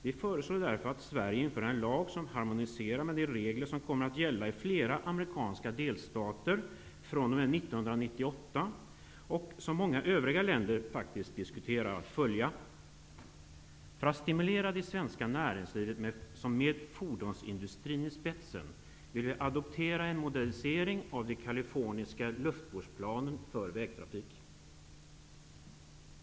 Vi föreslår därför att Sverige inför en lag som harmoniserar med de regler som kommer att gälla i flera amerikanska delstater fr.o.m. 1998, och som många övriga länder faktiskt diskuterar att följa. För att stimulera det svenska näringslivet, med fordonsindustrin i spetsen, vill vi adoptera en modernisering av den kaliforniska luftvårdsplanen för vägtrafik.